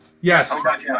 Yes